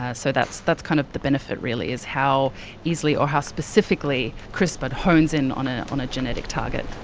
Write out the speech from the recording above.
ah so that's that's kind of the benefit really, is how easily or how specifically crispr hones in on ah on a genetic target.